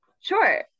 Sure